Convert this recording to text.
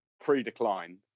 pre-decline